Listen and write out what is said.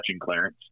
clearance